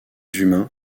humains